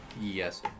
Yes